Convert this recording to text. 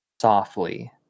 softly